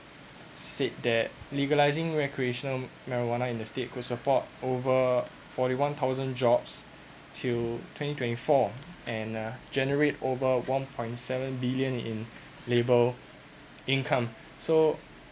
said that legalising recreational marijuana in the state could support over forty one thousand jobs till twenty twenty four and uh generate over one point seven billion in labour income so